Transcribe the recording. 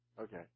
Okay